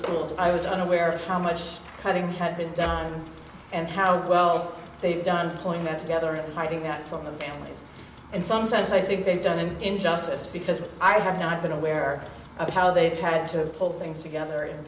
schools i was unaware of how much cutting had been done and how well they've done pulling them together and hiding out from the families in some sense i think they've done an injustice because i have not been aware of how they've had to hold things together in